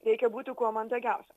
reikia būti kuo mandagiausiam